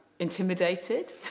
Intimidated